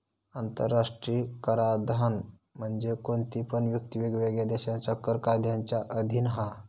आंतराष्ट्रीय कराधान म्हणजे कोणती पण व्यक्ती वेगवेगळ्या देशांच्या कर कायद्यांच्या अधीन हा